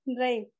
Right